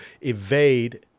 evade